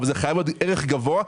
אבל זה חייב להיות ערך גבוה.